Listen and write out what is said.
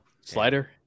Slider